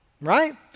right